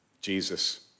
Jesus